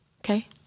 Okay